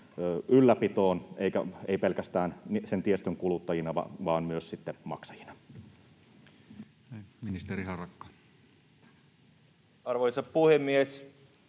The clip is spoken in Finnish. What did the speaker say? ylläpitoon, eivät pelkäs-tään sen tiestön kuluttajina vaan myös sitten maksajina? Ministeri Harakka. Arvoisa puhemies!